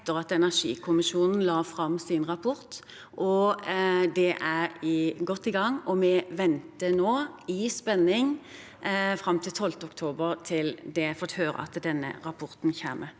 etter at energikommisjonen la fram sin rapport. Utvalget er godt i gang, og vi venter nå i spenning fram mot 12. oktober, da jeg har fått høre at denne rapporten kommer.